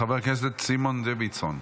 חבר הכנסת סימון דוידסון.